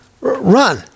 run